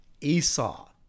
Esau